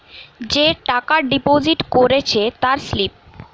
যে টাকা ডিপোজিট করেছে তার স্লিপ